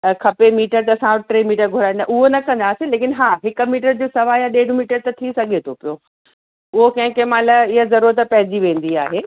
खपे मीटर त असां टे मीटर घुराईंदा उहो न कंदासीं लेकिन हा हिकु मीटर जो सवा या ॾेढु मीटर त थी सघे थो पियो उहो कंहिं कंहिं महिल इहा ज़रूरत पइजी वेंदी आहे